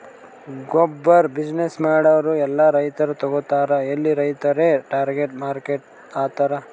ಗೊಬ್ಬುರ್ ಬಿಸಿನ್ನೆಸ್ ಮಾಡೂರ್ ಎಲ್ಲಾ ರೈತರು ತಗೋತಾರ್ ಎಲ್ಲಿ ರೈತುರೇ ಟಾರ್ಗೆಟ್ ಮಾರ್ಕೆಟ್ ಆತರ್